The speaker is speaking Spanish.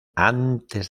antes